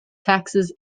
taxes